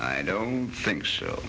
i don't think so